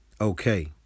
okay